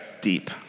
deep